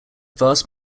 vast